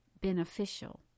beneficial